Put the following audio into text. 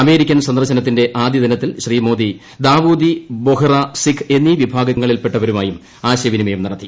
American സന്ദർശനത്തിന്റെ ആദ്യ ദിനത്തിൽ ശ്രീ മോദി ദാവൂദി ബൊഹ്റാ സിക്ക് എന്നീ വിഭാഗങ്ങളിൽപ്പെട്ടവരുമായും ആശയവിനിമയം നടത്തി